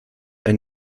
ein